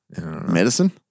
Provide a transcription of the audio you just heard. medicine